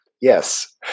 Yes